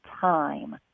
time